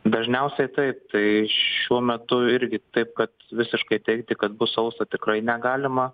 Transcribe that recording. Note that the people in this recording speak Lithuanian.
dažniausiai taip tai šiuo metu irgi taip kad visiškai teigti kad bus sausa tikrai negalima